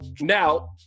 Now